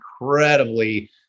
incredibly